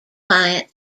client